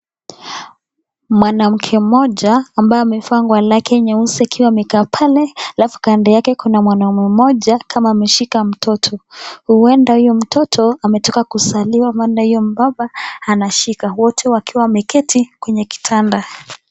Mwanamke moja ambaye amevaa nguo lake nyeusi akiwa amekaa pale alafu kando yake kuna mwanaume mmoja kama ameshika mtoto huenda huyo mtoto ametoka kuzaliwa maana huyo mbaba ameshika wote wakiwa wameketi kwenye kitanda.